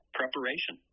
preparation